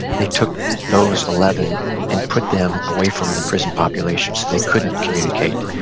they took those eleven and put them away from the prison population so they couldn't communicate.